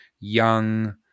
young